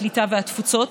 הקליטה והתפוצות,